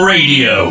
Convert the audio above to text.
Radio